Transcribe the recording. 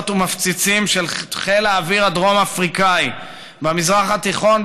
ומפציצים של חיל האוויר הדרום אפריקני במזרח התיכון,